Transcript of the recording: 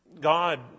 God